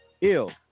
ill